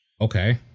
Okay